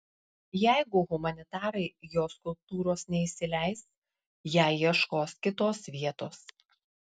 jeigu humanitarai jo skulptūros neįsileis jai ieškos kitos vietos